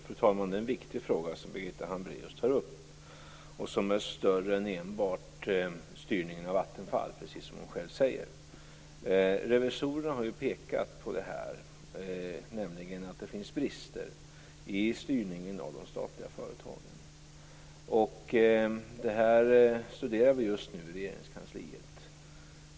Fru talman! Det är en viktig fråga som Birgitta Hambraeus tar upp. Den gäller mer än enbart styrningen av Vattenfall, precis som hon själv säger. Revisorerna har ju pekat på att det finns brister i styrningen av de statliga företagen. Det här studerar vi just nu i Regeringskansliet.